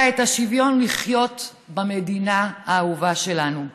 אלא את השוויון לחיות במדינה האהובה שלנו,